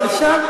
באמת, משה.